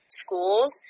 schools